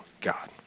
God